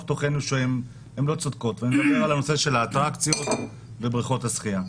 תוכנו שהן לא צודקות ואני מדבר על הנושא של האטרקציות ובריכות השחייה.